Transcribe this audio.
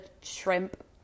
shrimp